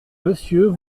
monsieur